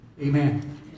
Amen